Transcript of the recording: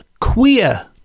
queer